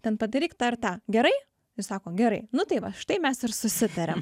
ten padaryk tą ir tą gerai jis sako gerai nu tai va štai mes ir susitarėm